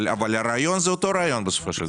אבל הרעיון זה אותו רעיון בסופו של דבר.